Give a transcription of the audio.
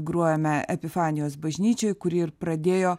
gruojame epifanijos bažnyčioj kuri ir pradėjo